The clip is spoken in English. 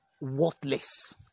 worthless